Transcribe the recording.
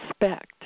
respect